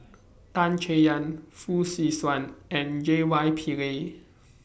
Tan Chay Yan Fong Swee Suan and J Y Pillay